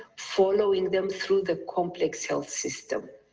following them through the complex health system.